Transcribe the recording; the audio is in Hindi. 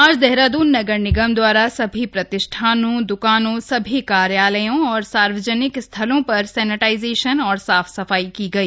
आज देहराद्रन नगर निगम दवारा सभी प्रतिष्ठानों द्वकानों सभी कार्यालयों और सार्वजनिक स्थलों पर सैनिटाइजेशन और साफ सफाई की गई